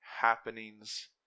happenings